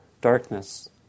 darkness